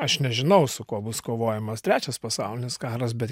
aš nežinau su kuo bus kovojamas trečias pasaulinis karas bet